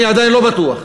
אני עדיין לא בטוח.